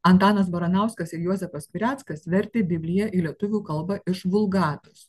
antanas baranauskas ir juozapas skvireckas vertė bibliją į lietuvių kalbą iš vulgatos